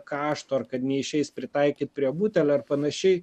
kaštų ar kad neišeis pritaikyt prie butelio ar panašiai